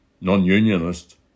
non-unionist